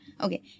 Okay